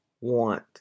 want